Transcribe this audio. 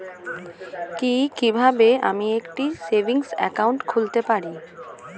কি কিভাবে আমি একটি সেভিংস একাউন্ট খুলতে পারি?